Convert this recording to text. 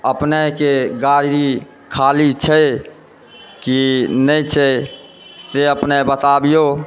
अपनेक गाड़ी खाली छै कि नहि छै से अपने बताबियौ